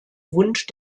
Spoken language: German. wunsch